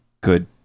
good